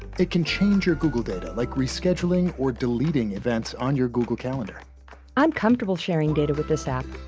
it can change your google data, like rescheduling or deleting events on your google calendar i'm comfortable sharing data with this app.